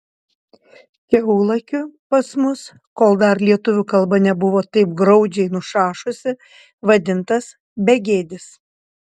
kiaulakiu pas mus kol dar lietuvių kalba nebuvo taip graudžiai nušašusi vadintas begėdis